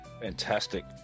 Fantastic